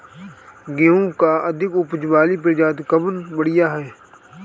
गेहूँ क अधिक ऊपज वाली प्रजाति कवन बढ़ियां ह?